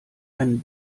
einen